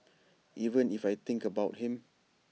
even if I think about him